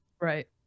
Right